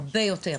הרבה יותר.